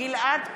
גלעד קריב,